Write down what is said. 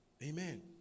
Amen